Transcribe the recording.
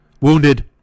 wounded